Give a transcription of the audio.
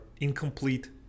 incomplete